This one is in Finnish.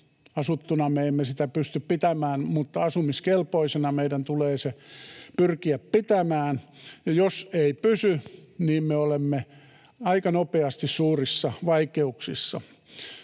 asuttuna me emme sitä pysty pitämään, mutta asumiskelpoisena meidän tulee se pyrkiä pitämään — niin me olemme aika nopeasti suurissa vaikeuksissa.